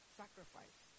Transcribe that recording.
sacrifice